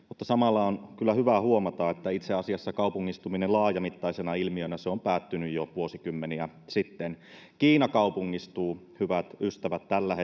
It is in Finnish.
mutta samalla on hyvä huomata että itse asiassa kaupungistuminen laajamittaisena ilmiönä on päättynyt jo vuosikymmeniä sitten kiina kaupungistuu hyvät ystävät tällä